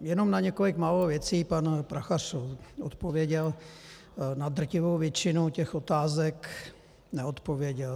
Jenom na několik málo věcí pan Prachař odpověděl, na drtivou většinu otázek neodpověděl.